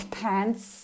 pants